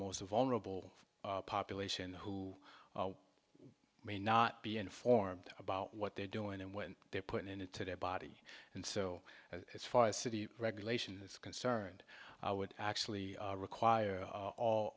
most vulnerable population who may not be informed about what they're doing and when they're put into their body and so as far as city regulation is concerned i would actually require